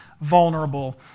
vulnerable